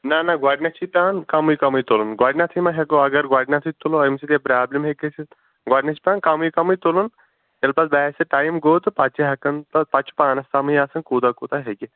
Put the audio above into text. نہَ نہَ گۄڈٕنٮ۪تھ چھِ پٮ۪وان کَمٕے کَمٕے تُلُن گۄڈٕنٮ۪تھٕے ما ہٮ۪کو اگر گۄڈنٮ۪تھٕے تُلِو اَمہِ سۭتۍ پرٛابلِم ہٮ۪کہِ گَژھِتھ گۄڈٕنٮ۪تھ چھِ پٮ۪وان کٔمٕے کٔمٕے تُلُن ییٚلہِ پتہٕ باسہِ ٹایم گوٚو تہٕ پتہِٕ چھِ ہٮ۪کان پتہٕ چھِ پانس تامٕے آسان کوٗتاہ کوٗتاہ ہٮ۪کہِ